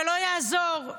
שלא יעזור,